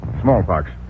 Smallpox